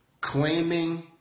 claiming